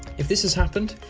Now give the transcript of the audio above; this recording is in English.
if this has happened,